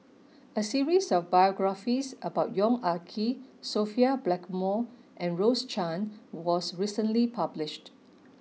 a series of biographies about Yong Ah Kee Sophia Blackmore and Rose Chan was recently published